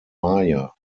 maya